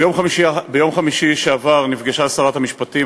ביום חמישי שעבר נפגשה שרת המשפטים,